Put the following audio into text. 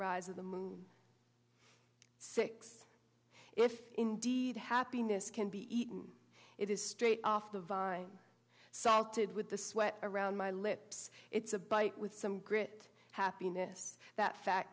rise of the moon six if indeed happiness can be eaten it is straight off the vine salted with the sweat around my lips it's a bite with some grit happiness that fa